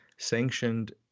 sanctioned